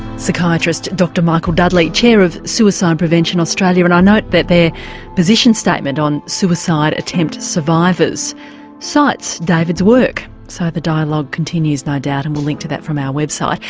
psychiatrist dr michael dudley, chair of suicide prevention australia, and i note that their position statement on suicide attempt survivors cites david's work, so the dialogue continues no doubt and we'll link to that from our website.